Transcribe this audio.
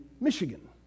michigan